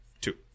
two